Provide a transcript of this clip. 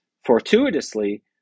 fortuitously